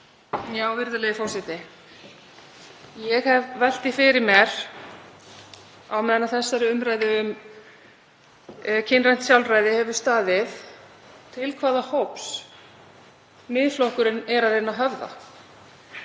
Virðulegi forseti. Ég hef velt því fyrir mér meðan á þessari umræðu um kynrænt sjálfræði hefur staðið, til hvaða hóps Miðflokkurinn er að reyna að höfða.